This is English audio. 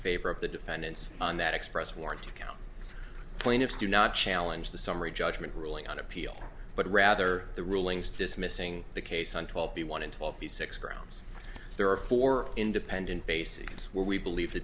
favor of the defendants on that express warrant to count plaintiffs do not challenge the summary judgment ruling on appeal but rather the rulings dismissing the case on twelve b one in twelve the six grounds there are four independent bases where we believe the